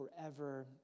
forever